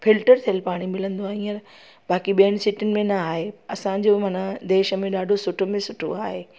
filter थियलु पाणी मिलंदो आहे हींअर बाक़ी ॿियन सिटिनि में न आहे असांजो माना देश में ॾाढो सुठे में सुठो आहे